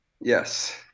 Yes